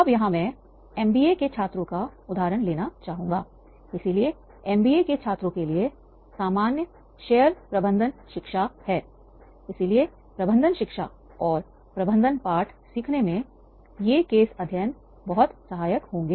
अब यहाँ मैं MBA के छात्रों का उदाहरण लेना चाहूँगा इसलिए MBA के छात्रों के लिए सामान्य शेयर प्रबंधन शिक्षा हैइसलिए प्रबंधन शिक्षा और प्रबंधन पाठ सीखने में ये केस अध्ययन बहुत सहायक होंगे